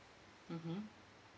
mmhmm